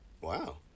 Wow